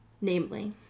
Namely